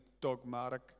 dogmatic